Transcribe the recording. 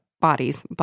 bodies